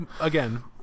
again